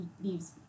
leaves